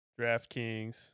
DraftKings